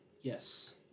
Yes